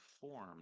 formed